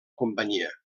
companyia